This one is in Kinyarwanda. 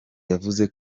yavuze